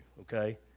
okay